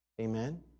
Amen